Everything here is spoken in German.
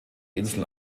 insel